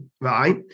right